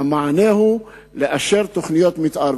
והמענה הוא לאשר תוכניות מיתאר.